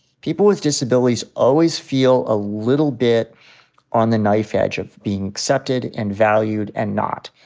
people with disabilities always feel a little bit on the knife edge of being accepted and valued and not.